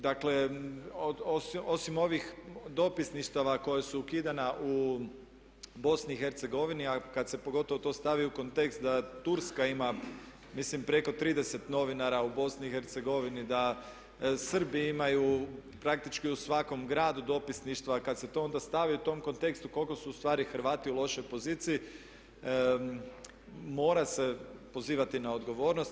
Dakle, osim ovih dopisništava koja su ukidana u BiH, a kad se pogotovo to stavi u kontekst da Turska ima mislim preko 30 novinara u BiH, da Srbi imaju praktički u svakom gradu dopisništva, kad se to onda stavi u tom kontekstu koliko su u stvari Hrvati u lošoj poziciji mora se pozivati na odgovornost.